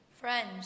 Friends